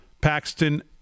Paxton